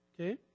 Okay